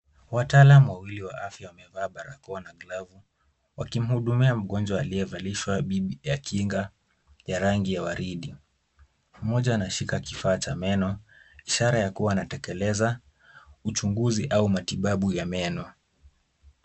Wataalam wawili wa afya wamevaa barakoa na glavu wakimhudumia mgonjwa aliyevalishwa bib ya kinga ya rangi ya waridi. Mmoja anashika kifaa cha meno, ishara ya kuwa anatekeleza uchunguzi au matibabu ya meno.